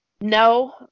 No